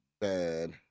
Bad